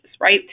right